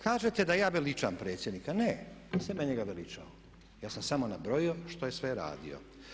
Kažete da ja veličam predsjednika, ne, nisam ja njega veličao, ja sam samo nabrojio što je sve radio.